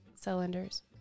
cylinders